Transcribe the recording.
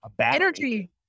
energy